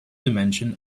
dimension